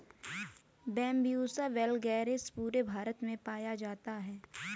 Bambusa vulgaris पूरे भारत में पाया जाता है